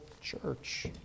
church